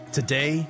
Today